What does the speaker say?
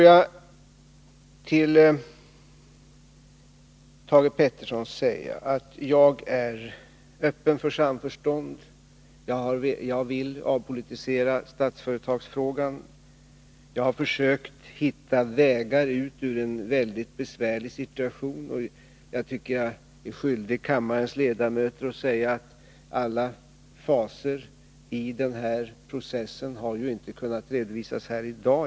Jag är, Thage Peterson, öppen för samförstånd. Jag vill avpolitisera Statsföretagsfrågan. Jag har försökt hitta vägar ut ur en mycket besvärlig situation. Och jag tycker att jag är skyldig kammarens ledamöter att säga att alla faser i denna process inte har kunnat redovisas här i dag.